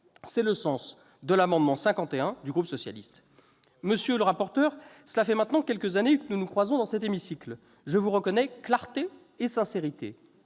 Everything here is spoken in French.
C'est le sens de l'amendement n° 51 rectifié du groupe socialiste. Monsieur le rapporteur, cela fait maintenant quelques années que nous nous croisons dans cet hémicycle. Je vous reconnais clarté et sincérité.